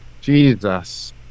Jesus